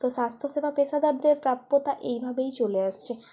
তো স্বাস্থ্যসেবা পেশাদারদের প্রাপ্যতা এইভাবেই চলে আসছে